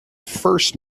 first